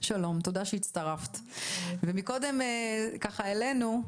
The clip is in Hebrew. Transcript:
שלום ותודה לך שהצטרפת ומקודם ככה העלינו,